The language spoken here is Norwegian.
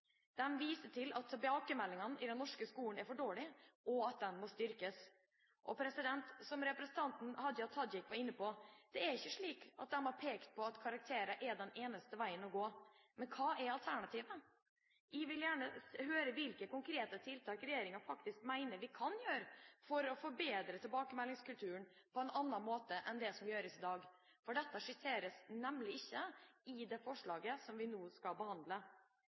viser til at tilbakemeldingene i den norske skolen er for dårlige, og at de må styrkes. Som representanten Hadia Tajik var inne på, er det ikke slik at de har pekt på at karakterer er den eneste veien å gå. Men hva er alternativet? Jeg vil gjerne høre hvilke konkrete tiltak regjeringa faktisk mener vi kan gjøre for å forbedre tilbakemeldingskulturen, slik at tilbakemeldinger blir gitt på en annen måte enn det som gjøres i dag. Dette skisseres nemlig ikke i det forslaget som vi nå skal behandle.